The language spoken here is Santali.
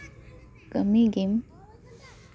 ᱠᱟᱹᱢᱤ ᱜᱮᱢ